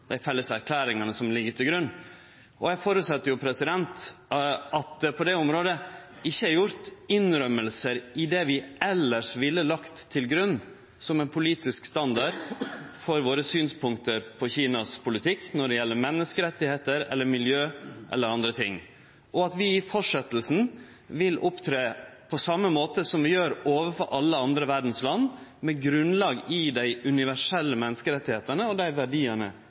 dei felles erklæringane som ligg til grunn. Eg føreset at det på det området ikkje er gjort vedgåingar i det vi elles ville ha lagt til grunn som ein politisk standard for våre synspunkt på Kinas politikk når det gjeld menneskerettar, miljø eller andre ting, og at vi i fortsettinga vil opptre på same måte som vi gjer overfor alle andre land i verda, med grunnlag i dei universelle menneskerettane og dei verdiane